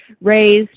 raised